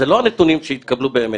אלו לא הנתונים שהתקבלו באמת.